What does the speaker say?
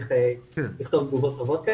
להמשיך לכתוב תגובות טובות.